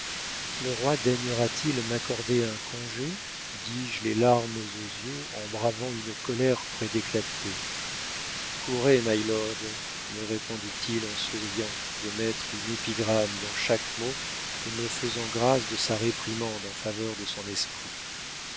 le roi daignera t il m'accorder un congé dis-je les larmes aux yeux en bravant une colère près d'éclater courez mylord me répondit-il en souriant de mettre une épigramme dans chaque mot et me faisant grâce de sa réprimande en faveur de son esprit